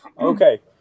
okay